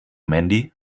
mandy